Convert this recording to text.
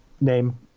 name